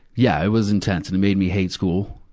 yeah, it was intense, and it made me hate school.